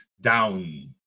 down